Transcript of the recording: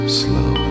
slow